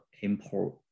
import